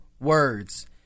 words